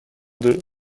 deux